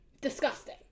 Disgusting